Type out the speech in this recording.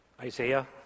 Isaiah